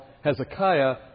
Hezekiah